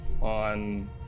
on